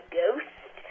ghost